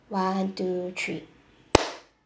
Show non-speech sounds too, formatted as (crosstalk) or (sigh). one two three (noise)